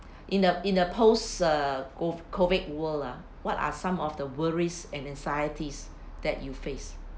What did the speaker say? in a in a post uh of COVID world ah what are some of the worries and anxieties that you face